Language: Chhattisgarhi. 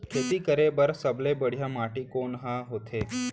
खेती करे बर सबले बढ़िया माटी कोन हा होथे?